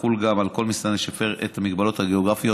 תחול גם על כל מסתנן שהפר את המגבלות הגיאוגרפיות,